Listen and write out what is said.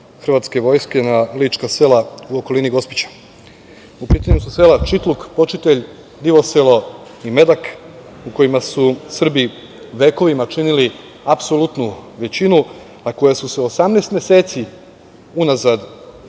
hrvatske vojske na Lička sela u okolini Gospića.U pitanju su sela Čitluk, Počitelj, Divoselo i Medak u kojima su Srbi vekovima činili apsolutnu većinu, a koja su se 18 meseci unazad nalazila